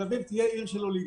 תל אביב תהיה עיר של אוליגרכים.